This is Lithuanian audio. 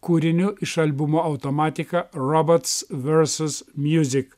kūriniu iš albumo automatika robots versus miūzik